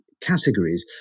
categories